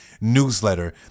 newsletter